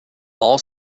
all